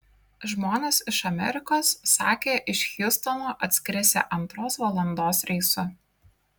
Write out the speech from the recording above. žmonės iš amerikos sakė iš hjustono atskrisią antros valandos reisu